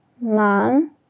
man